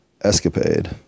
escapade